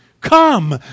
Come